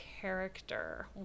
character